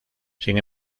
sin